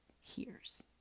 hears